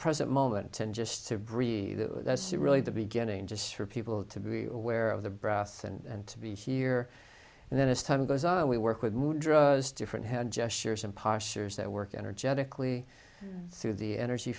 present moment and just to breathe that's really the beginning just for people to be aware of the breath and to be here and then as time goes on we work with new drugs different hand gestures and postures that work energetically through the energy